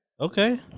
Okay